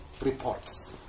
reports